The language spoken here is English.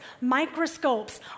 microscopes